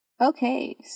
okay